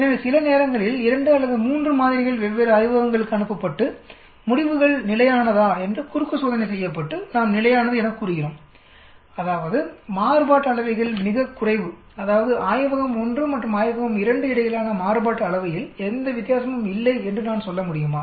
எனவே சில நேரங்களில் 2 அல்லது 3 மாதிரிகள் வெவ்வேறு ஆய்வகங்களுக்கு அனுப்பப்பட்டு முடிவுகள் நிலையானதா என்று குறுக்கு சோதனை செய்யப்பட்டு நாம் நிலையானது எனக் கூறுகிறோம்அதாவது மாறுபாட்டு அளவைகள் மிகக் குறைவுஅதாவதுஆய்வகம் 1 மற்றும் ஆய்வகம் 2 இடையிலான மாறுபாட்டு அளவையில் எந்த வித்தியாசமும் இல்லை என்று நான் சொல்ல முடியுமா